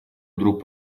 вдруг